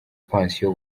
pansiyo